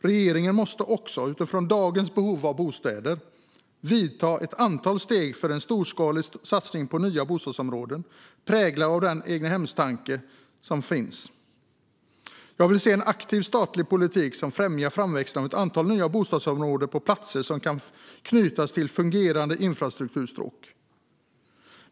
Regeringen måste också, utifrån dagens behov av bostäder, vidta ett antal steg för en storskalig satsning på nya bostadsområden präglade av den egnahemstanke som finns. Jag vill se en aktiv statlig politik som främjar framväxten av ett antal nya bostadsområden på platser som kan knytas till fungerande infrastrukturstråk.